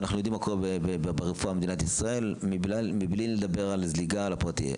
ואנחנו יודעים מה קורה ברפואה במדינת ישראל מבלי לדבר על הזליגה לפרטי.